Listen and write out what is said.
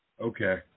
Okay